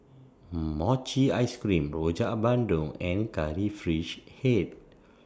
Mochi Ice Cream Rojak Bandung and Curry Fish Head